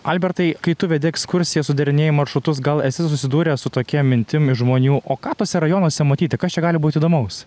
albertai kai tu vedi ekskursiją sudarinėji maršrutus gal esi susidūręs su tokia mintim iš žmonių o ką tuose rajonuose matyti kas čia gali būt įdomaus